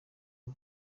aho